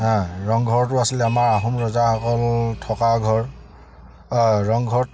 ৰংঘৰটো আছিলে আমাৰ আহোম ৰজাসকল থকা ঘৰ ৰংঘৰত